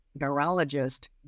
neurologist